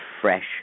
fresh